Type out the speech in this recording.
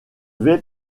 vais